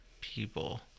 people